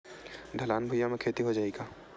ढलान भुइयां म खेती हो जाही का?